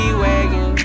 wagon